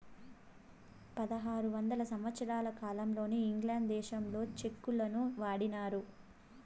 పదహారు వందల సంవత్సరాల కాలంలోనే ఇంగ్లాండ్ దేశంలో చెక్కులను వాడినారు